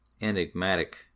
enigmatic